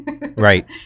Right